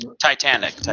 Titanic